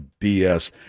BS